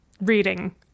reading